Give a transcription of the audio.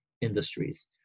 industries